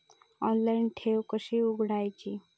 Online ठेव कशी उघडायची?